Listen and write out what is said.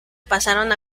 pasaron